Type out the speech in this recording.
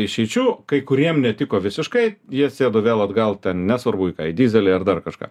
išeičių kai kuriem netiko visiškai jie sėdo vėl atgal nesvarbu į ką į dyzelį ar dar kažką